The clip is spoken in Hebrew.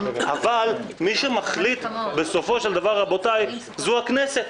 אבל מי שמחליט בסופו של דבר זו הכנסת.